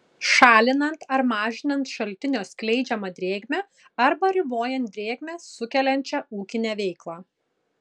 šalinant ar mažinant šaltinio skleidžiamą drėgmę arba ribojant drėgmę sukeliančią ūkinę veiklą